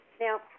Now